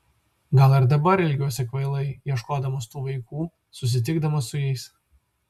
gal ir dabar elgiuosi kvailai ieškodamas tų vaikų susitikdamas su jais